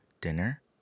dinner